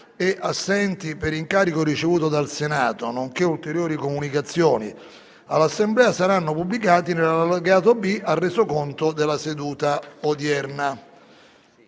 e assenti per incarico ricevuto dal Senato, nonché ulteriori comunicazioni all'Assemblea saranno pubblicati nell'allegato B al Resoconto della seduta odierna.